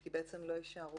כי בעצם לא יישארו